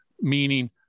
Meaning